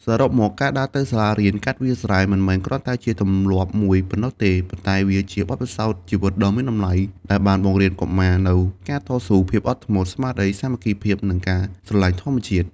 សរុបមក ការដើរទៅសាលារៀនកាត់វាលស្រែ មិនមែនគ្រាន់តែជាទម្លាប់មួយប៉ុណ្ណោះទេ ប៉ុន្តែវាជា បទពិសោធន៍ជីវិតដ៏មានតម្លៃ ដែលបានបង្រៀនកុមារនូវការតស៊ូ ភាពអំណត់ ស្មារតីសាមគ្គីភាព និងការស្រឡាញ់ធម្មជាតិ។